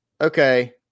okay